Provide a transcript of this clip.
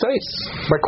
states